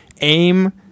AIM